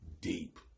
deep